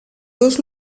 dos